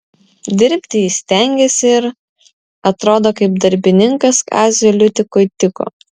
dirbti jis stengėsi ir atrodo kaip darbininkas kaziui liutikui tiko